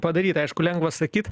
padaryt aišku lengva sakyt